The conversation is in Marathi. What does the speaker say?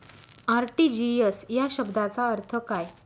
आर.टी.जी.एस या शब्दाचा अर्थ काय?